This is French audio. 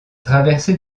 traversée